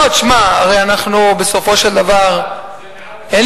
לא, תשמע, הרי אנחנו בסופו של דבר, זה מעל הכול.